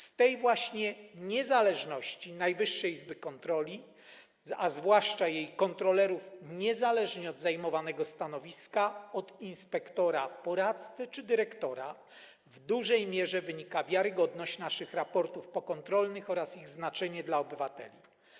Z tej właśnie niezależności Najwyższej Izby Kontroli, a zwłaszcza jej kontrolerów, niezależnie od zajmowanego stanowiska, od inspektora, po radcę czy dyrektora, w dużej wierze wynika wiarygodność naszych raportów pokontrolnych oraz ich znaczenie dla obywateli.